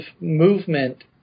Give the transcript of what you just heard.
movement